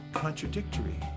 contradictory